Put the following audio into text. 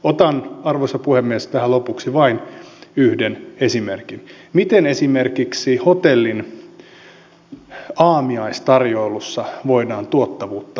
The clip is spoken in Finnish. otan arvoisa puhemies tähän lopuksi vain yhden esimerkin miten esimerkiksi hotellin aamiaistarjoilussa voidaan tuottavuutta parantaa